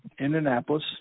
Indianapolis